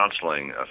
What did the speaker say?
counseling